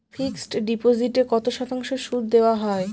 Fixed ডিপোজিটে কত শতাংশ সুদ দেওয়া হয়?